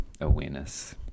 awareness